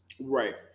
Right